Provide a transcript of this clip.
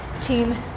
team